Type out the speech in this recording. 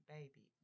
Baby